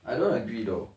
I don't agree though